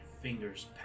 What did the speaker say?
fingers